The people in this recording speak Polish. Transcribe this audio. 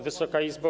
Wysoka Izbo!